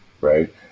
Right